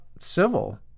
civil